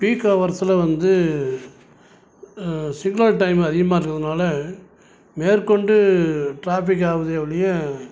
peak ஹவர்ஸில் வந்து signal time அதிகமாக இருக்கிறதுனால மேற்கொண்டு ட்ராஃபிக் ஆகுதே ஒழிய